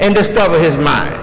and discover his mind